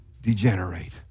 degenerate